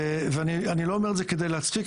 אני לא אומר את זה כדי להצחיק,